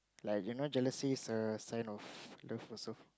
like you know jealousy is a sign of love also